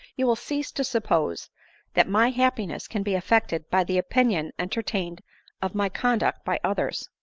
you will cease to suppose that my happiness can be affected by the opinion enter tained of my conduct by others.